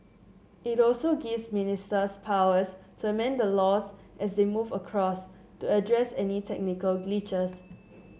it also gives ministers powers to amend the laws as they move across to address any technical glitches